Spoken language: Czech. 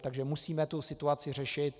Takže musíme tu situaci řešit.